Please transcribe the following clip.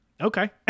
okay